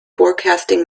forecasting